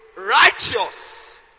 righteous